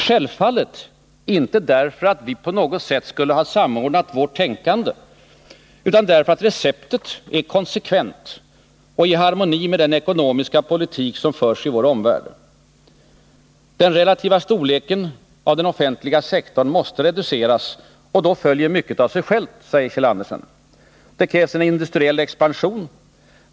Självfallet inte därför att vi på något sätt skulle ha samordnat vårt tänkande utan därför att receptet är konsekvent och i harmoni med den ekonomiska politik som förs i vår omvärld. Den relativa storleken av den offentliga sektorn måste reduceras. Då följer mycket av sig självt, säger Kjeld Andersen. Det krävs en industriell expansion.